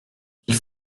qu’il